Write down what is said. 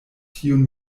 tiun